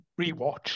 rewatch